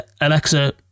alexa